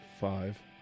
five